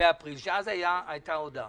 שאז הייתה ההודעה.